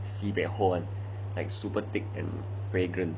sibei hao [one] like super thick and fragrant